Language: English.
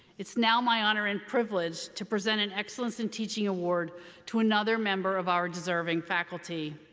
it's now my honor and privilege to present an excellence in teaching award to another member of our deserving faculty.